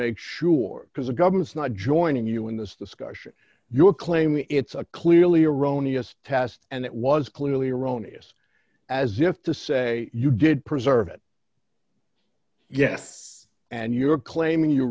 make sure because the government's not joining you in this discussion you are claiming it's a clearly erroneous test and it was clearly erroneous as if to say you did preserve it yes and you are claiming you